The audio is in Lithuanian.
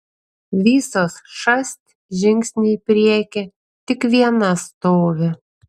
visos šast žingsnį į priekį tik viena stovi